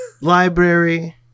library